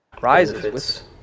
rises